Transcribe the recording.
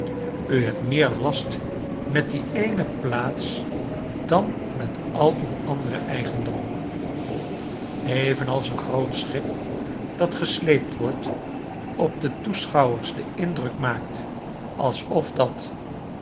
u hebt meer last met die eene plaats dan met al uw andere eigendommen evenals een groot schip dat gesleept wordt op de toeschouwers den indxuk maakt alsof dat